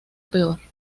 peor